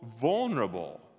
vulnerable